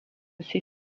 ses